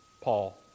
Paul